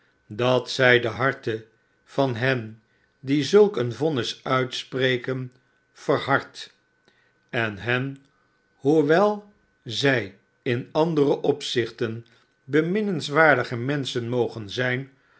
dat zij de harteh van hen die zulk een vonnis tiitspreken verhardt en hen hoewel zij in andere opzichten beminnenswaardige menschen mogen zijn